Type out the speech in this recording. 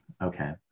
Okay